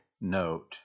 note